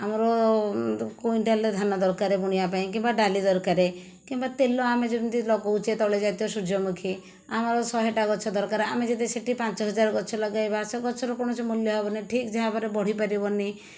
ଆମର କୁଇଣ୍ଟାଲେ ଧାନ ଦରକାରେ ବୁଣିବା ପାଇଁ କିମ୍ବା ଡାଲି ଦରକାର କିମ୍ବା ତେଲ ଆମେ ଯେମିତି ଲଗାଉଛେ ତୈଳ ଜାତୀୟ ସୂର୍ଯ୍ୟମୁଖୀ ଆମର ଶହେଟା ଗଛ ଦରକାର ଆମେ ଯଦି ସେଠି ପାଞ୍ଚହଜାର ଗଛ ଲଗାଇବା ସେଇ ଗଛର କୌଣସି ମୂଲ୍ୟ ହେବନି ଠିକ ଭାବରେ ବଢ଼ି ପାରିବନି